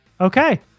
okay